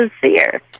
sincere